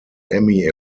emmy